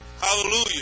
Hallelujah